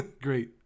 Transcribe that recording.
great